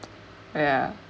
ya